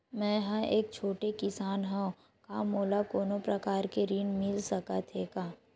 मै ह एक छोटे किसान हंव का मोला कोनो प्रकार के ऋण मिल सकत हे का?